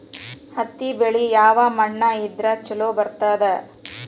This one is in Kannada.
ಹತ್ತಿ ಬೆಳಿ ಯಾವ ಮಣ್ಣ ಇದ್ರ ಛಲೋ ಬರ್ತದ?